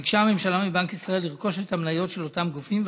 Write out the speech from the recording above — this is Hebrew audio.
ביקשה הממשלה מבנק ישראל לרכוש את המניות של אותם גופים,